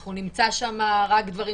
אנחנו נמצא שם רק דברים